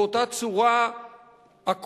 באותה צורה עקומה,